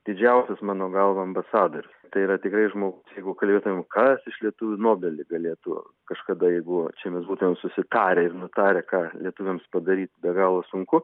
didžiausias mano galva ambasadoriu tai yra tikrai žmo jeigu kalbėtumėm kas iš lietuvių nobelį galėtų kažkada jeigu čia mes būtumėm susitarę ir nutarę ką lietuviams padaryt be galo sunku